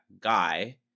guy